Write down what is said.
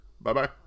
Bye-bye